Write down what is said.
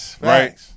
right